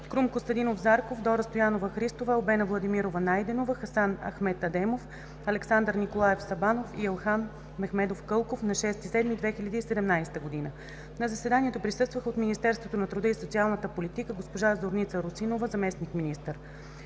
Крум Костадинов Зарков, Дора Стоянова Христова, Албена Владимирова Найденова, Хасан Ахмед Адемов, Александър Николаев Сабанов и Елхан Мехмедов Кълков на 6 юли 2017 г. На заседанието присъстваха: oт Министерството на труда и социалната политика – госпожа Зорница Русинова – заместник-министър.